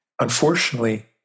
Unfortunately